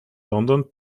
london